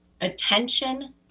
attention